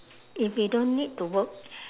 if we don't need to work